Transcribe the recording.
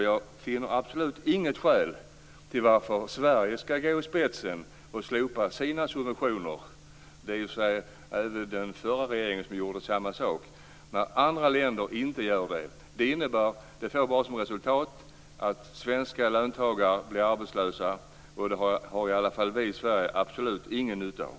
Jag finner absolut inget skäl till varför Sverige skall gå i spetsen och slopa sina subventioner - i och för sig gjorde även den förra regeringen samma sak - när andra länder inte gör det. Det får bara som resultat att svenska löntagare blir arbetslösa, och det har i alla fall vi i Sverige absolut ingen nytta av.